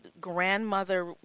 grandmother